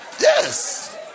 Yes